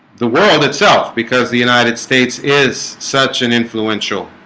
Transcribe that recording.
the world itself because the united states is such an influential